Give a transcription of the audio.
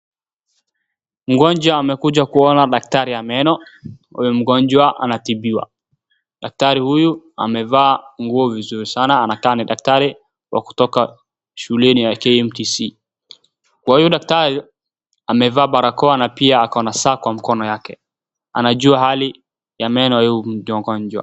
Mgonjwa amekuja kuona daktari wa meno. Huyu mgonjwa anatibiwa daktari huyu amevaa nguo vizuri sana anakaa daktari wakutoka shuleni ya KMTC.Huyu daktari amevaa barakoa na pia ako saa kwa mkono yake anajua hali ya meno ya huyu mgonjwa.